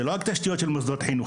זה לא רק תשתיות של מוסדות חינוך,